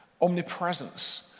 omnipresence